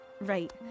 right